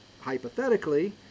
hypothetically